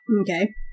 Okay